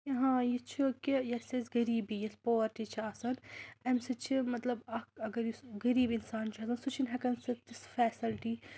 ہاں یہِ چھُ کہِ یۄس اَسہِ غریٖبی یُس پووَرٹی چھِ آسان اَمہِ سۭتۍ چھِ مطلب اَکھ اَگر یُس غریٖب اِنسان چھُ آسان سُہ چھُنہٕ ہٮ۪کان سُہ تِژھ فٮ۪سَلٹی